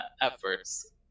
efforts